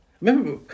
remember